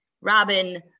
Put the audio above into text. Robin